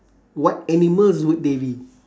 what animals would they be